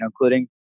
including